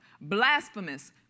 blasphemous